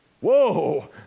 Whoa